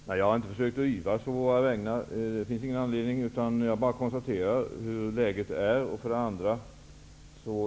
Fru talman! Jag har inte försökt att yvas å våra vägnar. Det finns ingen anledning till det. Jag bara konstaterar hurdant läget är.